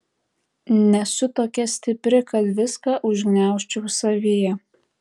nesu tokia stipri kad viską užgniaužčiau savyje